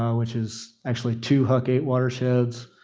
um which is actually two huc eight watersheds,